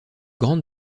grande